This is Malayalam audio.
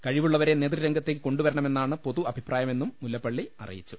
കഴിവുളളവരെ നേതൃരംഗത്തേക്ക് കൊണ്ടുവരണമെന്നാണ് പൊതു അഭിപ്രായമെന്നും മുല്ലപ്പള്ളി അറിയിച്ചു